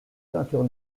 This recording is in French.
ceintures